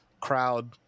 crowd